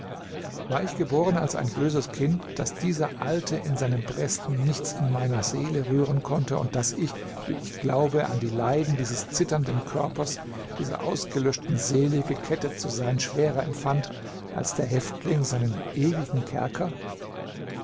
war ich geboren als ein böses kind daß dieser alte in seinem bresten nichts in meiner seele rühren konnte und daß ich wie ich glaube an die leiden dieses zitternden körpers dieser ausgelöschten seele gekettet zu sein schwerer empfand als der häftling seinen ewigen kerker